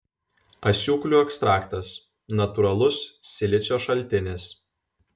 asiūklių ekstraktas natūralus silicio šaltinis